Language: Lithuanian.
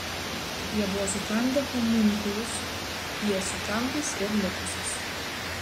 jie buvo sutramdę homunkulus jie sutramdys ir likusius